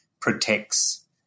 protects